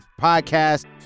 podcast